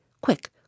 Quick